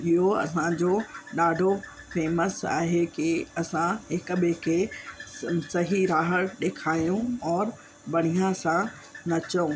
इहो असांजो ॾाढो फेमस आहे के असां हिक ॿिए खे सही राह ॾेखारियूं और बढ़िया सां नचूं